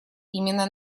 именно